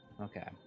Okay